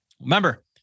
remember